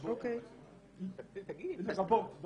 לגבי התוכן המדויק, זה ייקבע